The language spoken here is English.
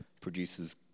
produces